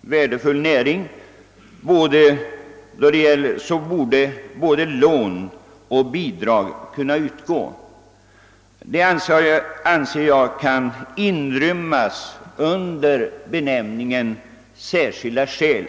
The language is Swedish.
värdefull näring borde både lån och bidrag kunna utgå. Det anser jag kan inrymmas under benämningen »särskilda skäl».